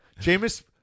Jameis